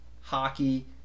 hockey